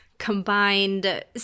combined